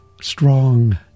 strong